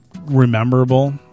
Rememberable